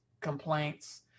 complaints